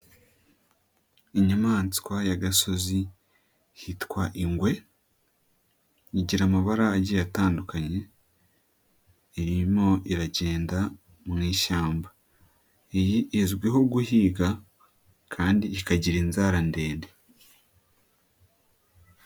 Inyamaswa y'agasozi yitwa ingwe, igira amabarage atandukanye, irimo iragenda mu ishyamba, iyi izwiho guhiga kandi ikagira inzara ndende.